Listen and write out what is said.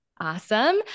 Awesome